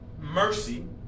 mercy